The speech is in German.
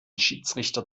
schiedsrichter